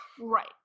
right